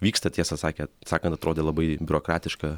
vyksta tiesą sakė sakant atrodė labai biurokratiška